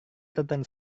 tentang